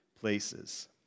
places